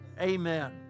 Amen